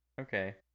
okay